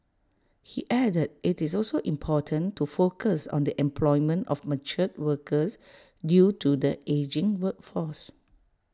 he added IT is also important to focus on the employment of mature workers due to the ageing workforce